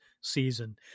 season